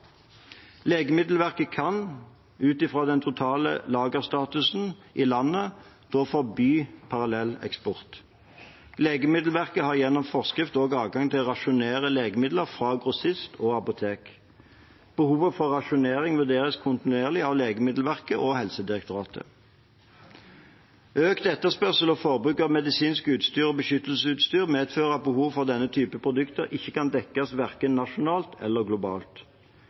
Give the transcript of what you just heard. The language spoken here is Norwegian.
Legemiddelverket kan ut ifra den totale lagerstatusen i landet forby parallelleksport. Legemiddelverket har gjennom forskrift også adgang til å rasjonere legemidler fra grossist og apotek. Behovet for rasjonering vurderes kontinuerlig av Legemiddelverket og Helsedirektoratet. Økt etterspørsel og forbruk av medisinsk utstyr og beskyttelsesutstyr medfører at behovet for denne typen produkter ikke kan dekkes verken nasjonalt eller globalt.